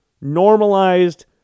normalized